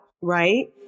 right